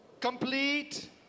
complete